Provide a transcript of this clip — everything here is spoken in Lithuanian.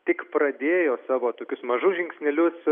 tik pradėjo savo tokius mažus žingsnelius